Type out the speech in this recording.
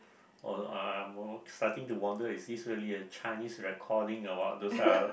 starting to wonder is this really a Chinese recording about those type of